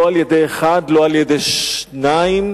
לא על-ידי אחד, לא על-ידי שניים,